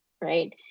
right